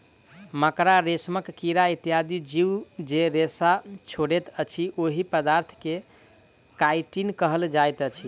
मकड़ा, रेशमक कीड़ा इत्यादि जीव जे रेशा छोड़ैत अछि, ओहि पदार्थ के काइटिन कहल जाइत अछि